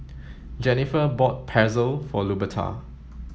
Jennifer bought Pretzel for Luberta